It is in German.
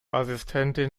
assistentin